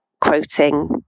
quoting